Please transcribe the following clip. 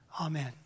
Amen